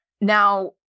Now